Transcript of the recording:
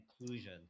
inclusion